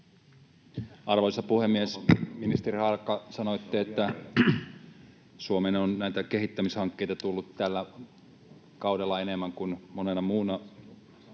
Arvoisa puhemies! Ministeri Harakka, sanoitte, että Suomeen on näitä kehittämishankkeita tullut tällä kaudella enemmän kuin monena muuna